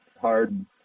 hard